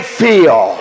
feel